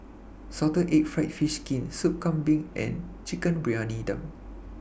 Salted Egg Fried Fish Skin Sup Kambing and Chicken Briyani Dum